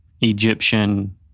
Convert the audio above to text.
Egyptian